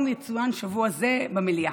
היום יצוין שבוע זה במליאה.